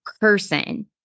person